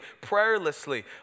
prayerlessly